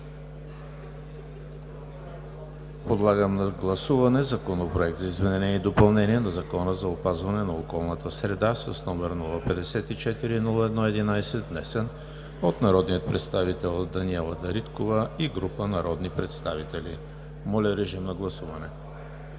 Подлагам на гласуване Законопроект за изменение и допълнение на Закона за опазване на околната среда, № 054-01-11, внесен от народния представител Даниела Дариткова и група народни представители. Гласували